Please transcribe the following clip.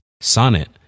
Sonnet